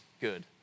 good